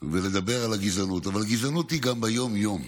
ולדבר על הגזענות, אבל גזענות היא גם ביום-יום